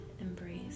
embrace